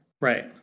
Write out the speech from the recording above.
Right